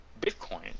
Bitcoin